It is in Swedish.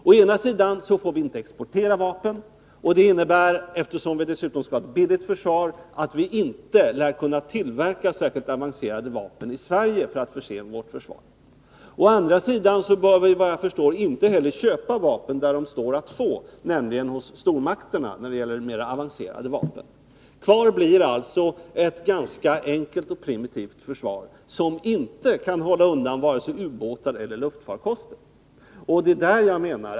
Å ena sidan får vi inte exportera vapen. Eftersom vi dessutom skall ha ett billigt försvar, lär vi inte kunna tillverka särskilt avancerade vapen i Sverige för att förse vårt försvar. Å andra sidan får vi, såvitt jag förstår, inte heller köpa vapen där de står att få, nämligen hos stormakterna när det gäller mer avancerade vapen. Kvar blir alltså ett ganska enkelt och primitivt försvar, som inte kan hålla undan vare sig ubåtar eller luftfarkoster.